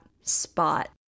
spot